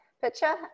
picture